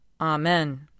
Amen